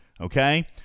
okay